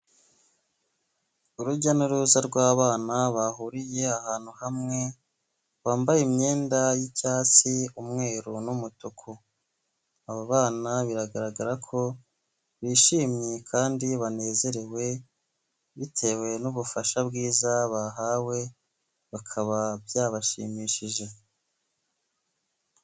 Urujya n'uruza rw'abana bahuriye ahantu hamwe, bambaye imyenda y'icyatsi umweru n'umutuku, aba bana biragaragara ko bishimye kandi banezerewe, bitewe n'ubufasha bwiza bahawe bikaba byabashimishije.